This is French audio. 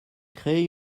créer